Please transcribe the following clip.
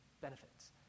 benefits